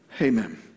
Amen